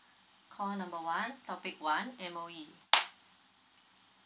call number one topic one M_O_E